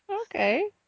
Okay